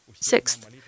Sixth